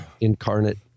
incarnate